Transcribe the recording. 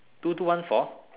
two two one four